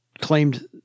claimed